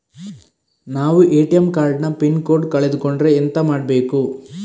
ನಾವು ATM card ನ pin code ಕಳೆದು ಕೊಂಡ್ರೆ ಎಂತ ಮಾಡ್ಬೇಕು?